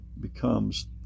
becomes